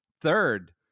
third